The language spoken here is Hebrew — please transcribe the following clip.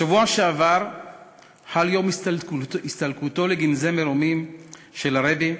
בשבוע שעבר חל יום הסתלקותו לגנזי מרומים של הרעבע,